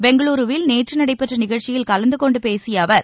பெங்களூருவில் நேற்று நடைபெற்ற நிகழ்ச்சியில் கலந்து கொண்டு பேசிய அவர்